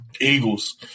Eagles